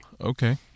okay